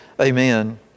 Amen